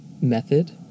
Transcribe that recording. method